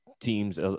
teams